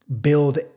build